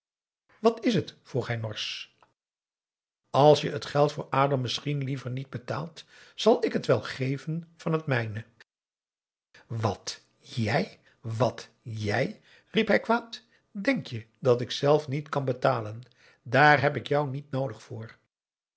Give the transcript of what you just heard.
wat is het vroeg hij norsch als je het geld voor adam misschien liever niet betaalt zal ik t wel geven van het mijne wat jij wat jij riep hij kwaad denk je dat ik zelf niet kan betalen daar heb ik jou niet noodig voor